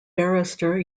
barrister